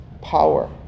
power